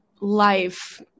life